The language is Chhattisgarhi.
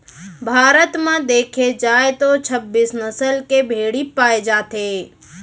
भारत म देखे जाए तो छब्बीस नसल के भेड़ी पाए जाथे